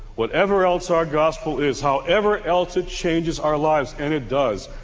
whatever else our gospel is, however else it changes our lives, and it does,